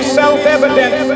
self-evident